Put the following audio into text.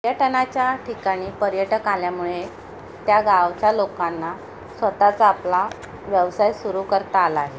पर्यटनाच्या ठिकाणी पर्यटक आल्यामुळे त्या गावच्या लोकांना स्वतःचा आपला व्यवसाय सुरू करता आला आहे